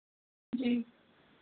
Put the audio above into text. जी